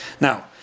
Now